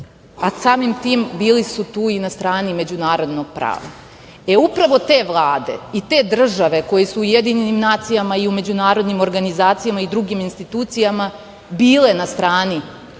a samim tim bili su tu i na strani međunarodnog prava. Upravo te vlade i te države koje su UN i međunarodnim organizacijama i drugim institucijama bile na strani